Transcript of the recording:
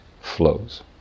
flows